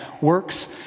works